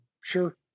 sure